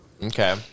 Okay